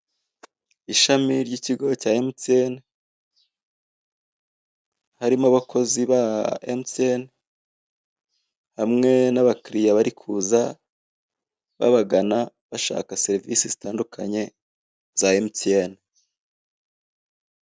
Ishami ry'ikigo cya MTN, harimo abakozi ba MTN, hamwe n'abakiriya bari kuza babagana bashaka serivisi zitandukanye za MTN.